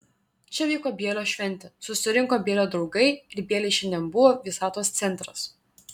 čia vyko bielio šventė susirinko bielio draugai ir bielis šiandien buvo visatos centras